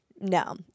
no